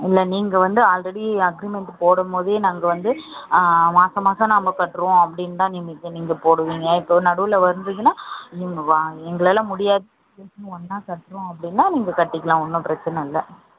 இல்லை நீங்கள் வந்த ஆல்ரெடி அக்ரிமெண்ட் போடும்போதே நாங்கள் வந்து மாத மாதம் நம்ப கட்டுறோம் அப்படின் தான் நீங்கள் போடுவீங்க இப்போ நடுவில் வந்துதுன்னா நீங்கள் வாங்க எங்களால் முடியாது ஒன்னாக கட்டுறோம் அப்படினா நீங்கள் கட்டிக்கலாம் ஒன்று பிரச்சனை இல்லை